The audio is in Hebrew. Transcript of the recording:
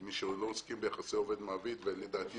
מי שלא עוסקים ביחסי עובד-מעביד ולדעתי,